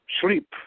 sleep